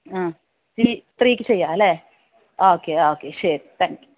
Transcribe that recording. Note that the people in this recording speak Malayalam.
ആ ത്രീക്ക് ചെയ്യാം അല്ലേ ഓക്കെ ഓക്കെ ശരി താങ്ക് യു